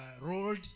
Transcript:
rolled